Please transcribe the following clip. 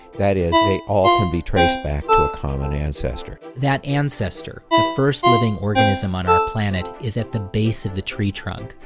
that is, they all can be traced back to a common ancestor. that ancestor the first living organism on our planet is at the base of the tree trunk.